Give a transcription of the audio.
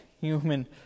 human